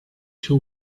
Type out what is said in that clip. two